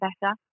better